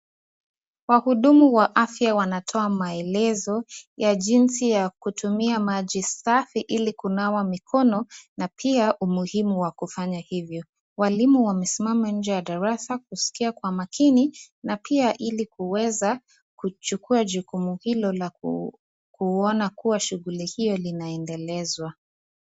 Wahudumu wa afya wanatoa maelezo ya jinsi ya kutumia maji safi ili kunawa mikono na pia umuhimu wa kufanya hivyo. Walimu wamesimama nje ya darasa kusikia kwa makini na pia ili kuweza kuchukua jukumu hilo la kuona kuwa shughuli hilo linaendelezwa.